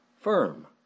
firm